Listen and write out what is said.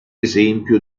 esempio